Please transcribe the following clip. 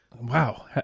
wow